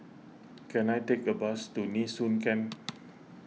can I take a bus to Nee Soon Camp